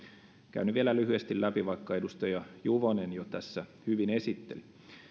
käyn ne vielä lyhyesti läpi vaikka edustaja juvonen jo tässä hyvin esitteli